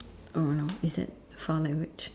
oh no is that foul language